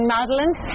Madeline